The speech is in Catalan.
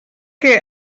que